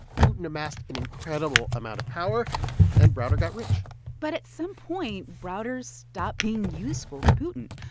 putin amassed an incredible amount of power and browder got rich but at some point, browder stopped being useful to putin.